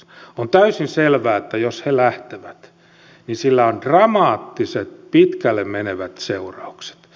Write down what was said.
on täysin selvää että jos he lähtevät sillä on dramaattiset pitkälle menevät seuraukset